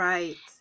Right